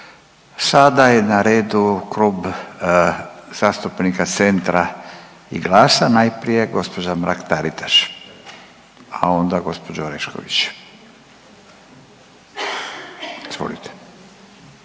Sada je na redu Klub zastupnika Centra i GLAS-a, najprije gospođa Mrak Taritaš, a onda gospođa Orešković. Izvolite.